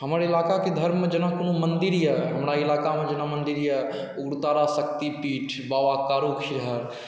हमर इलाकाके धर्ममे जेना कोनो मन्दिर अइ हमरा इलाकामे जेना मन्दिर अइ उग्रतारा शक्तिपीठ बाबा कारू खिरहरि